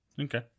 Okay